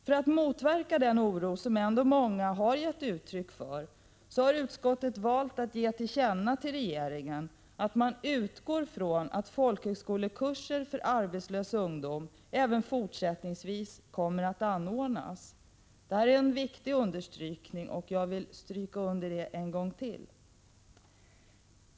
För att motverka den oro som många ändå har givit uttryck för, har utskottet valt att ge regeringen till känna att man utgår från att folkhögskolekurser även fortsättningsvis kommer att anordnas för arbetslös ungdom. Detta är viktigt att framhålla, det vill jag ytterligare stryka under.